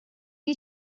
you